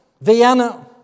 Vienna